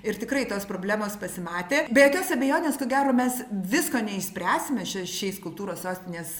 ir tikrai tos problemos pasimatė be jokios abejonės ko gero mes visko neišspręsime šia šiais kultūros sostinės